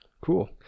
Cool